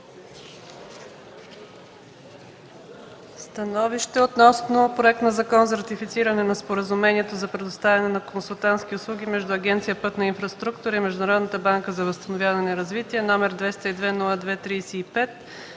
гласуване проект на Закон за ратифициране на Споразумението за предоставяне на консултантски услуги между Агенция „Пътна инфраструктура” и Международната банка за възстановяване и развитие, № 202-02-35,